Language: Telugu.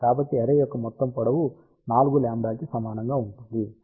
కాబట్టి అర్రే యొక్క మొత్తం పొడవు 4λ కి సమానంగాఉంటుంది